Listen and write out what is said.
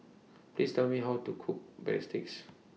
Please Tell Me How to Cook Breadsticks